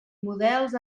models